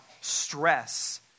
stress